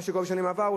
למה שקרה בשנים עברו,